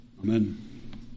Amen